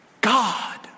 God